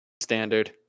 standard